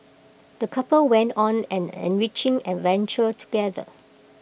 the couple went on an enriching adventure together